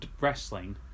wrestling